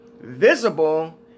visible